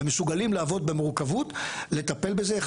והם מסוגלים לעבוד במורכבות לטפל בזה.